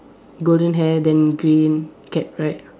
golden hair then green cap right